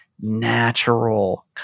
natural